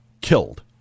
killed